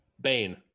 Bane